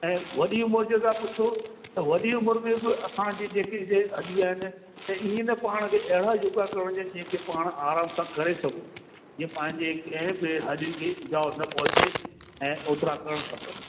ऐं वॾी उमिरि जो था पुछो त वॾी उमिरि में बि असांजी जेकी जे अॼु जा आहिनि त इएं न पाण खे अहिड़ा योगा करण ॾियनि जेके पाण आराम सां करे सघूं जीअं पंहिंजे कंहिं बि हॾनि खे इजाब न पहुचे ऐं ओतिरा करणु खपनि